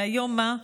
והיום מה?